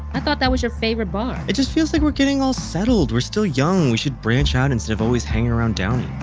i thought that was your favorite bar it just feels like we're getting all settled. we're still young. we should branch out instead of always hanging around downey